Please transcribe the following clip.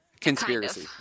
conspiracy